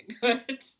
good